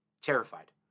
Terrified